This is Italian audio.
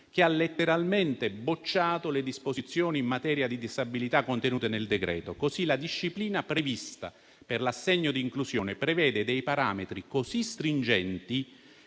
che ha letteralmente bocciato le disposizioni in materia di disabilità contenute nel decreto. Allo stesso modo, la disciplina prevista per l'assegno di inclusione prevede parametri così stringenti